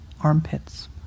armpits